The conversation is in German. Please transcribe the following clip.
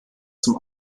zum